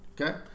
Okay